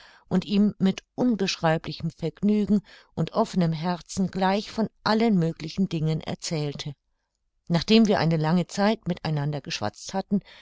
und ihm mit unbeschreiblichem vergnügen und offenem herzen gleich von allen möglichen dingen erzählte nachdem wir lange zeit mit einander geschwatzt hatten